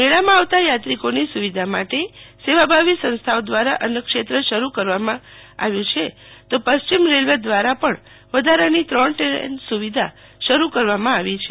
મેળામાં આવતા યાત્રિકોની સુવિધા માટે સેવાભાવી સંસ્થાઓ દ્વારા અન્નક્ષેત્ર શરૂ કરવામાં આવ્યા છે તો પશ્ચિમ રેલવે દ્વારા પણ વધારાની ત્રણ દ્રેન સુવિધા શરૂ કરવામાં આવી છે